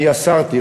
אני אסרתי,